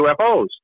UFOs